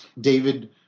David